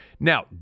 Now